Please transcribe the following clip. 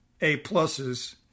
A-pluses